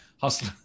Hustle